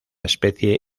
especie